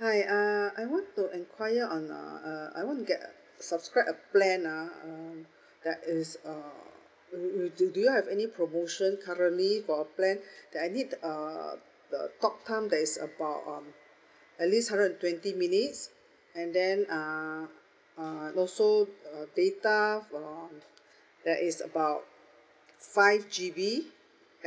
hi uh I want to enquire on uh uh I want to get subscribe a plan uh um that is uh do do do you all have any promotion currently for a plan that I need uh the talk time that is about um at least hundred and twenty minutes and then uh uh also uh data for that is about five G_B